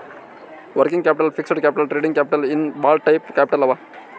working capital, fixed capital, trading capital ಇನ್ನಾ ಭಾಳ type capital ಅವಾ